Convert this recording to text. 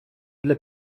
для